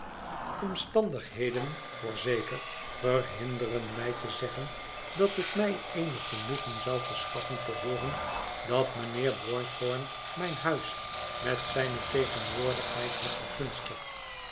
omstandigheden voorzeker verhinderen mij te zeggen dat het mij eenig genoegen zou verschaffen te hooren dat mijnheer boythorn mijn huis met zijne tegenwoordigheid had begunstigd